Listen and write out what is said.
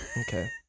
Okay